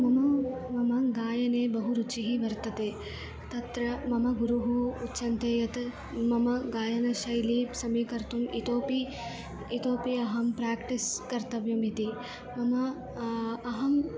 मम मम गायने बहु रुचिः वर्तते तत्र मम गुरुः उच्यन्ते यत् मम गायनशैलीं समीकर्तुम् इतोऽपि इतोऽपि अहं प्राक्टीस् कर्तव्यमिति मम अहं